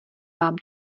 vám